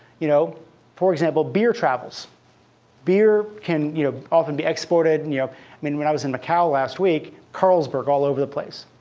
you know for example, beer travels beer can you know often be exported. i and you know mean, when i was in macau last week, carlsberg all over the place.